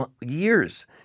years